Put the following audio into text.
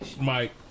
Mike